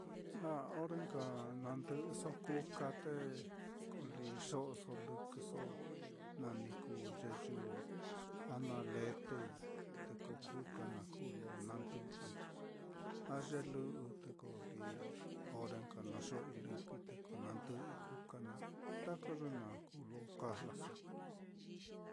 A ore nka na ndɨ'ɨso kuka, te ko lí xo'oso lɨkɨso, na ni ye yɨ a na letei, te ko kuka naá kuu lo na ndɨ'ɨi, a ye lɨ'ɨ te ko lí ore nka na xo'oi lɨkɨi ko na ndɨ'ɨi kuka naá, taka ye naá kuu lo kajlaso.